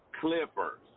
Clippers